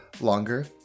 longer